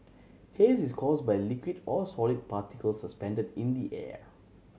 haze is caused by liquid or solid particles suspending in the air